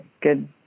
good